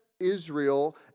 israel